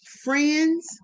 friends